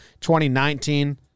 2019